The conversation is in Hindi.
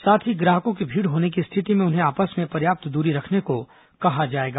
साथ ही ग्राहकों की भीड़ होने की स्थिति में उन्हें आपस में पर्याप्त दूरी रखने को कहा जाएगा